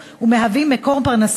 היקר,